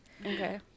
okay